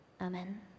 Amen